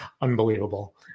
unbelievable